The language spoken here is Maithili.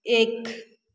एक